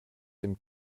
dem